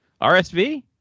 RSV